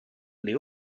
les